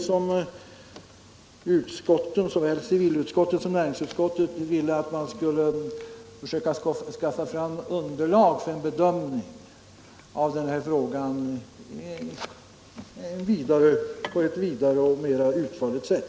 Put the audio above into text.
Såväl civilutskottet som näringsutskottet ville att man skulle försöka skaffa fram underlag för en bedömning av den här frågan på ett vidare och mera utförligt sätt.